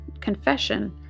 confession